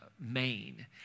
Maine